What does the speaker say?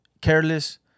Careless